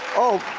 oh.